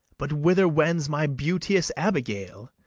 but whither wends my beauteous abigail?